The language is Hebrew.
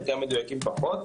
חלקם מדויקים פחות,